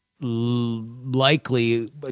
likely